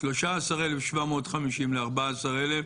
13,750 ל-14,000,